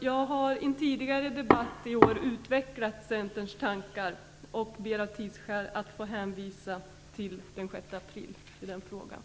Jag har i en tidigare debatt i år utvecklat Centerns tankar i den frågan och ber av tidsskäl att få hänvisa till protokollet från den 6 april.